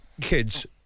kids